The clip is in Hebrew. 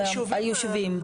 היישובים.